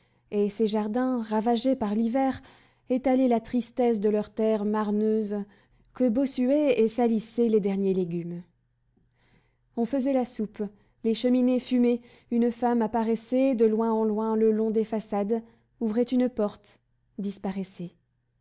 et ces jardins ravagés par l'hiver étalaient la tristesse de leur terre marneuse que bossuaient et salissaient les derniers légumes on faisait la soupe les cheminées fumaient une femme apparaissait de loin en loin le long des façades ouvrait une porte disparaissait